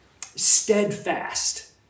steadfast